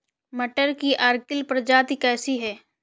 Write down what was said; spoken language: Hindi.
मटर की अर्किल प्रजाति कैसी है?